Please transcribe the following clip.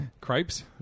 cripes